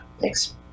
thanks